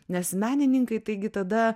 nes menininkai taigi tada